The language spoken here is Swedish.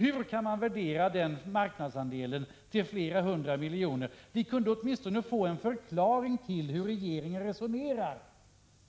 Hur kan man värdera den marknadsandelen till flera hundra miljoner kronor? Vi kunde åtminstone få en förklaring till hur regeringen resonerar.